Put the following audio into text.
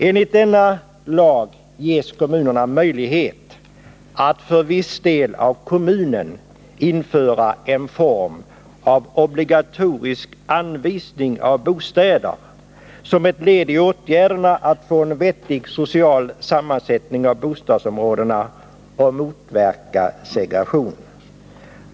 Enligt denna lag ges kommunerna möjlighet att för viss del av bostadsbeståndet införa en obligatorisk anvisning av bostäder som ett led i åtgärderna för att få en vettig social sammansättning av bostadsområdena och motverka segregation.